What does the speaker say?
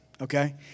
Okay